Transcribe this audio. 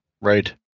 right